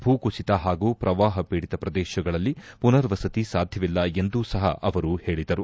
ಭೂ ಕುಸಿತ ಹಾಗೂ ಶ್ರವಾಹ ಪೀಡಿತ ಶ್ರದೇಶಗಳಲ್ಲಿ ಮನರ್ವಸತಿ ಸಾಧ್ಯವಿಲ್ಲ ಎಂದೂ ಸಹ ಅವರು ಹೇಳಿದರು